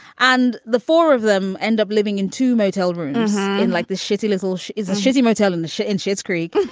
and the four of them end up living in two motel rooms and like this shitty little show is a shitty motel in the shit and shit's creek.